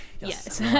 Yes